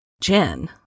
Jen